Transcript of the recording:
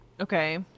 okay